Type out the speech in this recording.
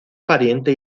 pariente